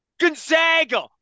Gonzaga